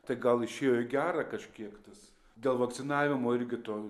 tai gal išėjo į gera kažkiek tas dėl vakcinavimo irgi to